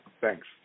Thanks